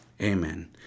Amen